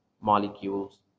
molecules